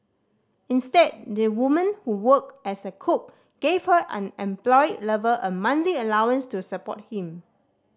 instead the woman who worked as a cook gave her unemployed lover a monthly allowance to support him